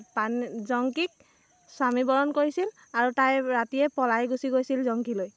পানেই জঙ্কিক স্বামী বৰণ কৰিছিল আৰু তাই ৰাতিয়েই পলাই গুচি গৈছিল জঙ্কিলৈ